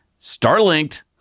Starlinked